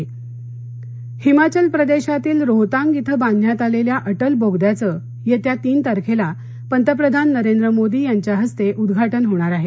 अजि बोगदा हिमाचल प्रदेशातील रोहतांग इथं बांधण्यात आलेल्या अटल बोगद्याचं येत्या तीन तारखेला पंतप्रधान नरेंद्र मोदी यांच्या हस्ते उद्घाटन होणार आहे